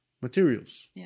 materials